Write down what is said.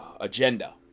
agenda